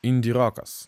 indi rokas